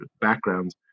backgrounds